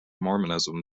mormonism